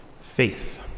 Faith